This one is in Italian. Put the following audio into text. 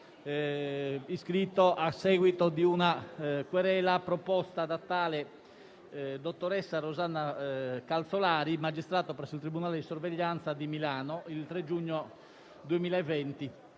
iscritto a seguito di querela proposta da tale dottoressa Rosanna Calzolari, magistrato presso il tribunale di sorveglianza di Milano, il 3 giugno 2020,